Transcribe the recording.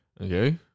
Okay